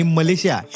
Malaysia